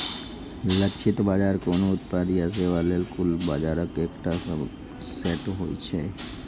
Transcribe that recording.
लक्षित बाजार कोनो उत्पाद या सेवा लेल कुल बाजारक एकटा सबसेट होइ छै